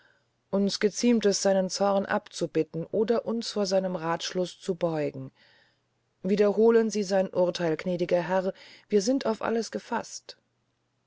uns geziemt es seinen zorn abzubitten oder uns vor seinem rathschluß zu beugen wiederholen sie sein urtheil gnädiger herr wir sind auf alles gefaßt